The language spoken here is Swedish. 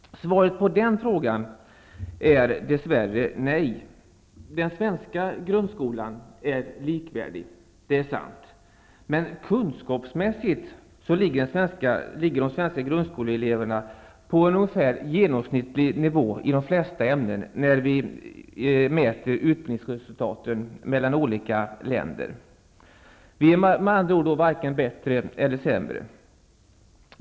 Svaret på den frågan är dess värre nej. Undervisningen i den svenska grundskolan är likvärdig för alla. Det är sant. Men kunskapsmässigt ligger de svenska grundskoleeleverna i de flesta ämnen vid en mätning av utbildningsresultaten i olika länder på en genomsnittlig nivå. Vi är med andra ord varken bättre eller sämre.